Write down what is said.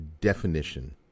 definition